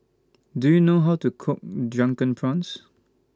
Do YOU know How to Cook Drunken Prawns